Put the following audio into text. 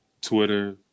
Twitter